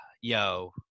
Yo